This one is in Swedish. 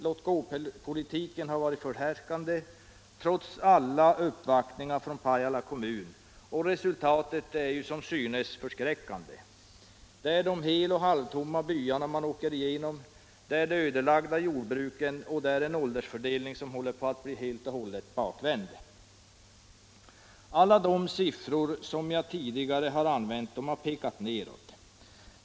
Låt-gå-politiken har varit förhärskande trots alla uppvaktningar från Pajala kommun, och resultatet är som synes förskräckande. Det är de hel och halvtomma byarna man åker igenom, det är de ödelagda jordbruken och det är en åldersfördelning som håller på att bli helt bakvänd. Alla de siffror som jag tidigare anfört har pekat nedåt.